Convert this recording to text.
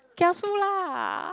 kiasu lah